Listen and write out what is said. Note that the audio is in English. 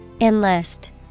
Enlist